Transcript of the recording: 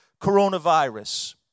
coronavirus